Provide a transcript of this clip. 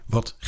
Wat